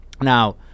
now